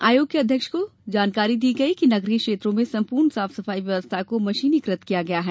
आयोग के अध्यक्ष को जानकारी दी गई कि नगरीय क्षेत्रों में सम्पूर्ण साफ सफाई व्यवस्था को मशीनीकृत किया गया है